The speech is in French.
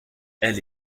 elle